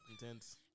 intense